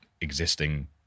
existing